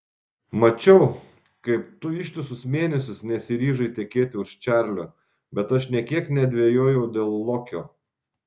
mačiau kaip tu ištisus mėnesius nesiryžai tekėti už čarlio bet aš nė kiek nedvejojau dėl lokio